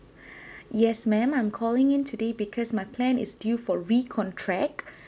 yes ma'am I'm calling in today because my plan is due for re-contract